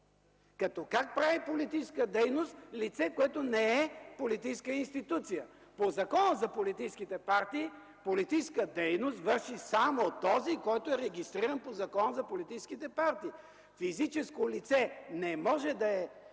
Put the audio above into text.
Как прави политическа дейност лице, което не е политическа институция? По Закона за политическите партии, политическа дейност върши само този, който е регистриран по Закона за политическите партии. Физическо лице не може да е